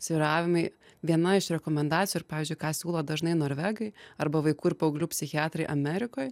svyravimai viena iš rekomendacijų ir pavyzdžiui ką siūlo dažnai norvegai arba vaikų ir paauglių psichiatrai amerikoj